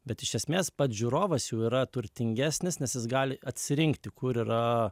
bet iš esmės pats žiūrovas jau yra turtingesnis nes jis gali atsirinkti kur yra